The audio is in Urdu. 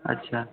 اچھا